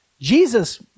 Jesus